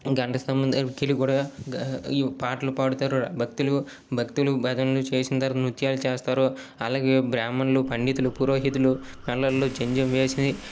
గజస్తంభం దగ్గరికి వెళ్ళి కూడా ఈ పాటలు పాడుతారు భక్తులు భక్తులు భజనలు చేసిన తరువాత నృత్యాలు చేస్తారు అలాగే బ్రాహ్మణులు పండితులు పురోహితులు మెల్లల్లో జందెం వేసి